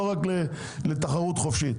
לא רק לתחרות חופשית,